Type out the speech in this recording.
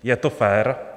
Je to fér?